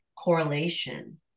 correlation